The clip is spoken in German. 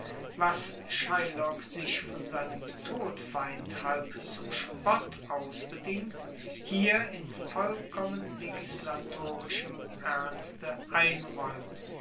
was shylock sich von seinem todfeind halb zum spott ausbedingt hier in vollkommen legislatorischem ernste einraeumt